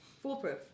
Foolproof